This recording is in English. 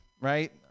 right